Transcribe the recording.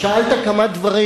שאלת כמה דברים,